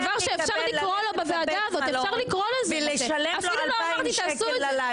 לשלם ללילה בבית מלון 2,000 שקלים.